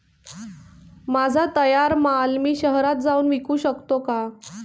माझा तयार माल मी शहरात जाऊन विकू शकतो का?